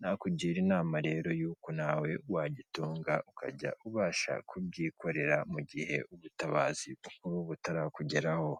Nakugira inama rero yuko nawe wagitunga ukajya ubasha kubyikorera mu gihe ubutabazi bukuru butarakugeraho.